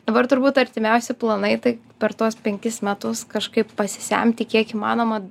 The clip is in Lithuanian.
dabar turbūt artimiausi planai tai per tuos penkis metus kažkaip pasisemti kiek įmanoma